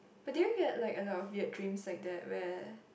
but did you get like a lot of weird dreams like that where